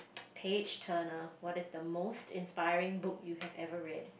page turner what is the most inspiring book you have ever read